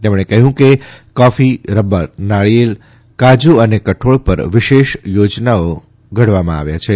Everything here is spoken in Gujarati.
તેમણે કહ્યું કે કોફી રબર નાળીયેર કાજુ અને કઠોળ પર વિશેષ યોજનાઓ ઘડવામાં આવ્યા છે